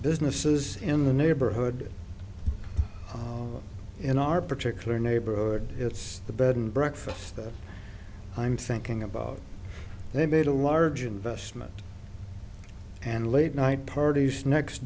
business is in the neighborhood in our particular neighborhood it's the bed and breakfast that i'm thinking about they've made a large investment and late night parties next